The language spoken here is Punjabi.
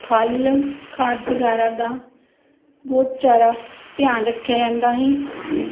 ਖਲ ਖਾਦ ਵਗੈਰਾ ਦਾ ਬਹੁਤ ਚਾਰਾ ਧਿਆਨ ਰੱਖਿਆ ਜਾਂਦਾ ਸੀ